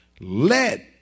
Let